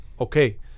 okay